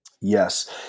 Yes